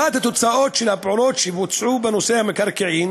אחת התוצאות של הפעולות שבוצעו בנושא המקרקעין